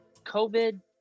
COVID